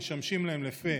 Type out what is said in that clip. משמשים להם לפה